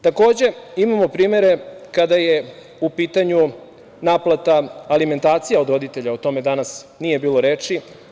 Takođe, imamo primere kada je u pitanju naplata alimentacija od roditelja, o tome danas nije bilo reči.